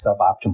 suboptimal